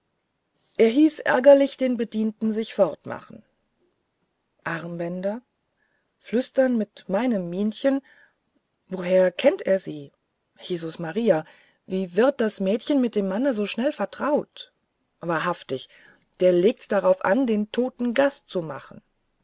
er hieß ärgerlich dem bedienten sich fortmachen armbänder flüstern mit meinem minchen woher kennt er sie jesus maria wie wird das mädchen mit dem manne so schnell vertraut wahrhaftig der legt's darauf an den toten gast zu machen